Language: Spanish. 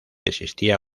existía